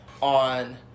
on